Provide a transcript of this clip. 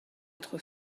être